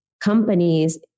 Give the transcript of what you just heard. companies